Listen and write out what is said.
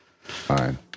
Fine